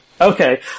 Okay